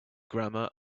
grammar